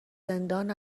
زندان